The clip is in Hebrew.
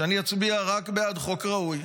שאני אצביע רק בעד חוק ראוי